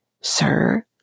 sir